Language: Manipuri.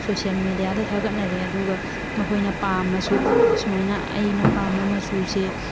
ꯁꯣꯁ꯭ꯌꯦꯜ ꯃꯦꯗꯤꯌꯥꯗ ꯊꯥꯒꯠꯅꯔꯦ ꯑꯗꯨꯒ ꯃꯈꯣꯏꯅ ꯄꯥꯝꯃꯁꯨ ꯁꯨꯃꯥꯏꯅ ꯑꯩꯅ ꯄꯥꯝꯕ ꯃꯆꯨꯁꯦ